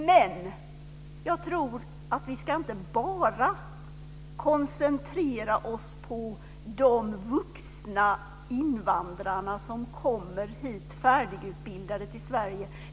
Men jag tror att vi inte bara ska koncentrera oss på de vuxna invandrare som kommer färdigutbildade hit till Sverige.